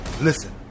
Listen